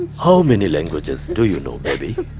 how many languages do you know, baby?